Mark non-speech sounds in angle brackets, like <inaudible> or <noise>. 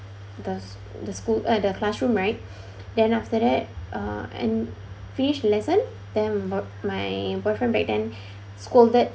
the sch~ the school uh the classroom right <breath> then after that uh and finish the lesson then my boyfriend back then <breath> scolded